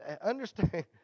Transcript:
understand